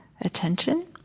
attention